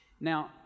Now